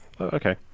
Okay